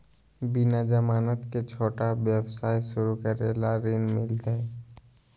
बिना जमानत के, छोटा व्यवसाय शुरू करे ला ऋण मिलतई?